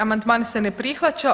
Amandman se ne prihvaća.